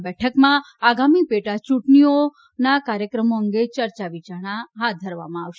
આ બેઠકમાં આગામી પેટા યૂંટણીઓએ કાર્યક્રમો અંગે ચર્ચા વિચારણા હાથ ધરવામાં આવશે